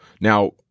Now